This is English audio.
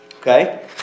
Okay